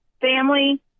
family